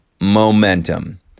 momentum